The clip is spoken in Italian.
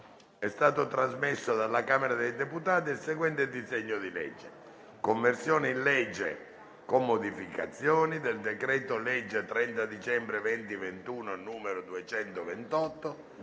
è stato trasmesso dalla Camera dei deputati il seguente disegno di legge: «Conversione in legge con modificazioni del decreto-legge 30 dicembre 2021, n 228,